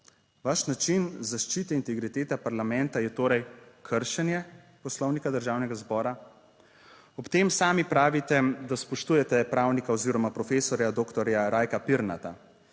Vaš način zaščite integritete parlamenta je torej kršenje Poslovnika Državnega zbora? Ob tem sami pravite, da spoštujete pravnika oziroma profesorja doktorja Rajka Pirnata,